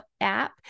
app